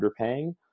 underpaying